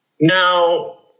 Now